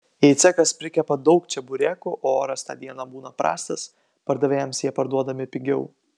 jei cechas prikepa daug čeburekų o oras tą dieną būna prastas pardavėjams jie parduodami pigiau